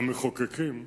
המחוקקים,